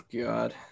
god